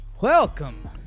Welcome